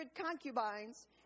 concubines